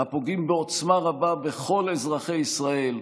הפוגעים בעוצמה רבה בכל אזרחי ישראל,